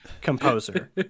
composer